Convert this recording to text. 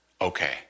okay